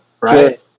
right